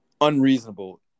unreasonable